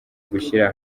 gushyira